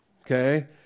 Okay